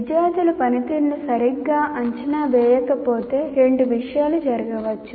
విద్యార్థుల పనితీరును సరిగ్గా అంచనా వేయకపోతే రెండు విషయాలు జరగవచ్చు